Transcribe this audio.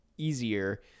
easier